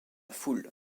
foule